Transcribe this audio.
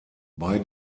bei